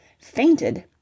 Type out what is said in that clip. fainted